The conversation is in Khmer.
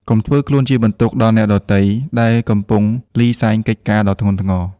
កុំធ្វើខ្លួនជាបន្ទុកដល់អ្នកដទៃដែលកំពុងលីសែងកិច្ចការដ៏ធ្ងន់ធ្ងរ។